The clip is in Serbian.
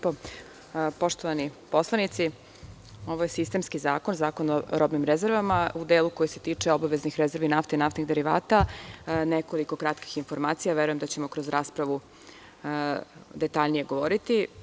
Poštovani poslanici, ovo je sistemski zakon, Zakon o robnim rezervama, u delu koji se tiče obaveznih rezervi nafte i naftnih derivata i verujem da ćemo kroz raspravu detaljnije govoriti.